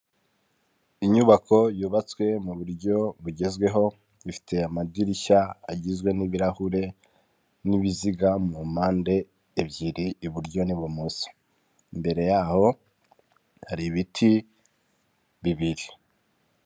Inyubako yubatswe mu buryo bugezweho, ifite amadirishya agizwe n'ibirahure n'ibiziga mu mpande ebyiri iburyo n'ibumoso imbere yaho hari ibiti bibiri.